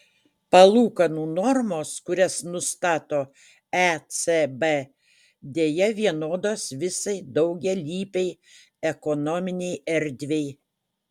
palūkanų normos kurias nustato ecb deja vienodos visai daugialypei ekonominei erdvei